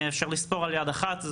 אפשר לספור על יד אחת.